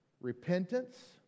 repentance